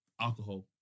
Alcohol